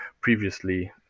Previously